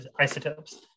isotopes